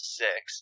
six